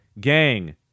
Gang